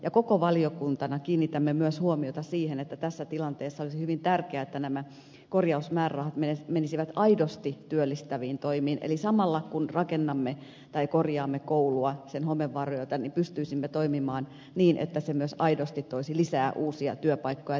ja koko valiokuntana kiinnitämme myös huomiota siihen että tässä tilanteessa olisi hyvin tärkeää että nämä korjausmäärärahat menisivät aidosti työllistäviin toimiin eli samalla kun rakennamme tai korjaamme koulua sen homevaurioita pystyisimme toimimaan niin että se myös aidosti toisi lisää uusia työpaikkoja